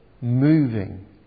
moving